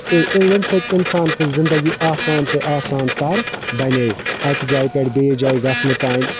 ییٚمہِ سۭتۍ اِنسان سٕنٛز زِندگی آسان سے آسان تَر بنے اَکہِ جایہِ پیٹھٕ بیٚیِس جایہِ گَژھنہٕ تانۍ